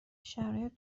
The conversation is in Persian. شرایط